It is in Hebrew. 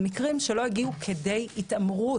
אלא אלה מקרים שלא הגיעו כדי התעמרות,